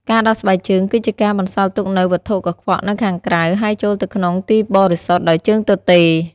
ការដោះស្បែកជើងគឺជាការបន្សល់ទុកនូវវត្ថុកខ្វក់នៅខាងក្រៅ ហើយចូលទៅក្នុងទីបរិសុទ្ធដោយជើងទទេរ។